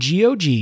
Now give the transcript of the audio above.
GOG